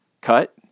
cut